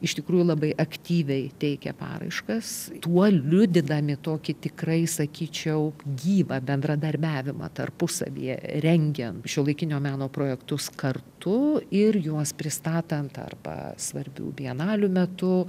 iš tikrųjų labai aktyviai teikia paraiškas tuo liudydami tokį tikrai sakyčiau gyvą bendradarbiavimą tarpusavyje rengiant šiuolaikinio meno projektus kartu ir juos pristatant arba svarbių bienalių metu